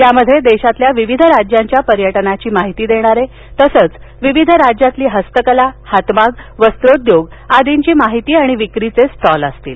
यात देशातील विविध राज्यांच्या पर्यटनाची माहिती देणारे तसंच विविध राज्यातील हस्तकला हातमाग वस्त्रोद्योग आदींची माहिती आणि विक्रीचे स्टॉल असतील